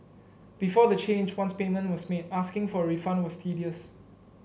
before the change once payment was made asking for a refund was tedious